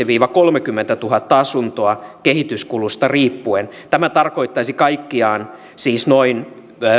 viiva kolmekymmentätuhatta asuntoa kehityskulusta riippuen tämä tarkoittaisi kaikkiaan siis noin